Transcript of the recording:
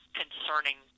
concerning